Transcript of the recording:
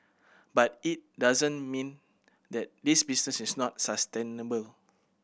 but it doesn't mean that this business is not sustainable